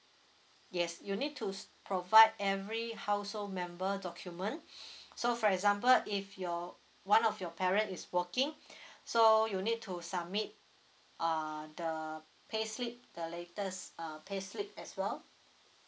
yes you need to provide every household member document so for example if your one of your parent is working so you need to submit uh the payslip the latest uh payslip as well